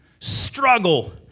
Struggle